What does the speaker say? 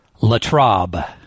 Latrobe